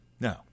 No